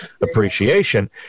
appreciation